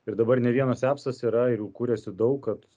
ir dabar ne vienas epsas yra ir jų kuriasi daug kad